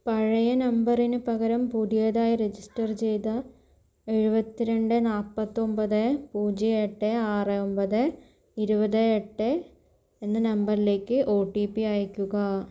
പഴയ നമ്പറിന് പകരം പുതിയതായി രജിസ്റ്റർ ചെയ്ത എഴുപത്തി രണ്ട് നാൽപത്തിയൊൻപത് പൂജ്യം എട്ട് ആറ് ഒൻപത് ഇരുപത് എട്ട് എന്ന നമ്പറിലേക്ക് ഒ ടി പി അയയ്ക്കുക